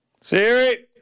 Siri